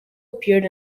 appeared